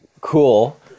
Cool